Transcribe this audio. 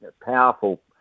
powerful